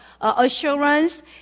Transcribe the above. assurance